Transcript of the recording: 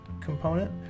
component